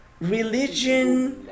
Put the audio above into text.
religion